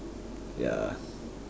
ya